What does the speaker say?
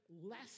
less